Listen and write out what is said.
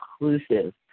inclusive